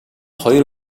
хоёр